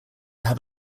have